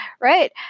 right